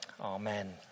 Amen